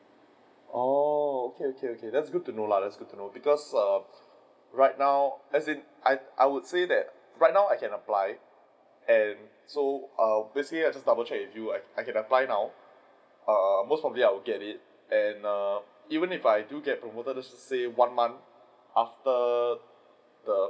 oh okay okay okay that's good to know lah that's good to know because err right now as it I I would say that right now I can apply and so err basically I just double check with you I I can apply now err most probably I will get it and err even if I do get promoted say one month after the